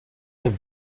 have